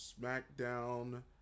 SmackDown